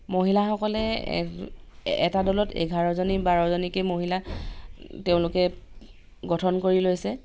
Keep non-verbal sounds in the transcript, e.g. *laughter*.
মহিলাসকলে *unintelligible* এটা দলত এঘাৰজনী বাৰজনীকে মহিলা তেওঁলোকে গঠন কৰি লৈছে